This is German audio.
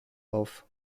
auf